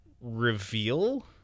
reveal